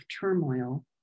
turmoil